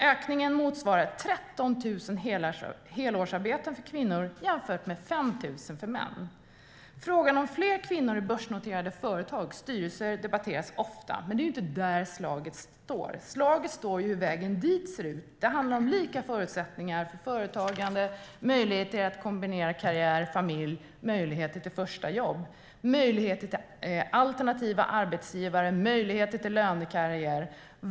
Ökningen motsvarar 13 000 helårsarbeten för kvinnor jämfört med 5 000 för män. Frågan om fler kvinnor i börsnoterade företags styrelser debatteras ofta, men det är inte där slaget står. Slaget står vid hur vägen dit ser ut. Det handlar om lika förutsättningar för företagande, möjligheter till att kombinera karriär och familj, möjligheter till ett första jobb, möjligheter till alternativa arbetsgivare, möjligheter till lönekarriär.